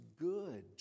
good